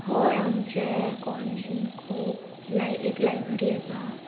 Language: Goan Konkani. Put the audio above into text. हय आमचे कॉलेजीन खूब लाय एक लायब्ररी आसा